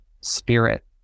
spirit